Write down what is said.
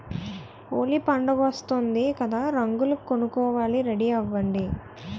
హోలీ పండుగొస్తోంది కదా రంగులు కొనుక్కోవాలి రెడీ అవ్వండి